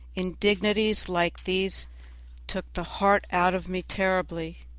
indignities like these took the heart out of me terribly,